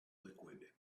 liquid